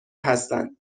هستند